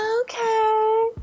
okay